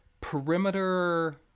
perimeter